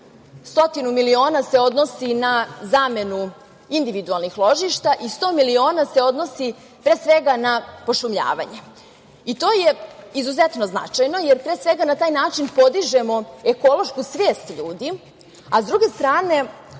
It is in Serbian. miliona se odnosi na zamenu individualnih ložišta i 100 miliona se odnosi na pošumljavanje. To je izuzetno značajno, jer pre svega na taj način podižemo ekološku svest ljudi, a s druge strane